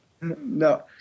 No